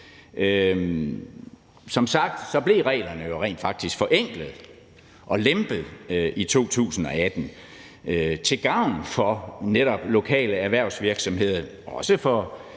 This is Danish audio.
Som sagt blev reglerne jo rent faktisk forenklet og lempet i 2018 til gavn for netop lokale erhvervsvirksomheder,